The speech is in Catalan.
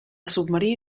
submarí